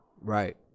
Right